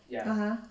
(uh huh)